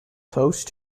close